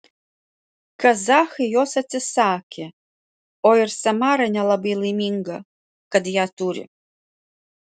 kazachai jos atsisakė o ir samara nelabai laiminga kad ją turi